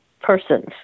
persons